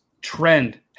trend